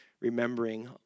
remembering